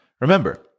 Remember